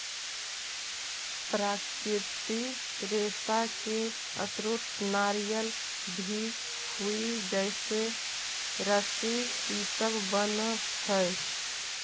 प्राकृतिक रेशा के स्रोत नारियल भी हई जेसे रस्सी इ सब बनऽ हई